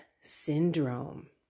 syndrome